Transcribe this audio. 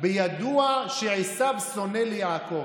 בידוע שעשו שונא ליעקב".